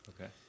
Okay